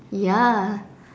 ya